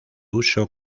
uso